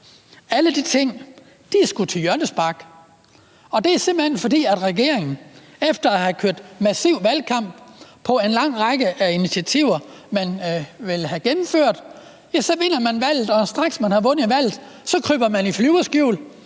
Alle de ting er skudt til hjørnespark. Det er simpelt hen, fordi regeringen, efter at have kørt en massiv valgkamp med en lang række initiativer, som man ville have gennemført, så straks efter at have vundet valget kryber i flyverskjul.